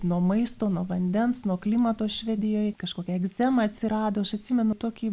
nuo maisto nuo vandens nuo klimato švedijoj kažkokia egzema atsirado aš atsimenu tokį